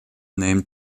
named